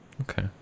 Okay